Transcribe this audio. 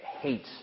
hates